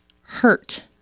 hurt